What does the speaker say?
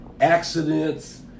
accidents